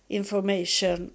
information